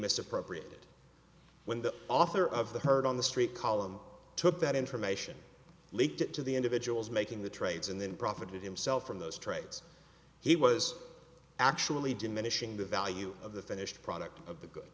misappropriated when the author of the heard on the street column took that information leaked it to the individuals making the trades and then profited himself from those trades he was actually diminishing the value of the finished product of the good